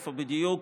איפה בדיוק